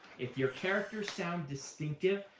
if your characters sound distinctive,